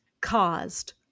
caused